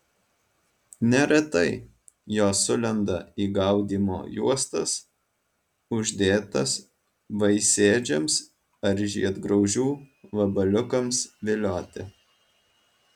neretai jos sulenda į gaudymo juostas uždėtas vaisėdžiams ar žiedgraužių vabaliukams vilioti